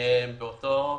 אנחנו באותה תפיסה.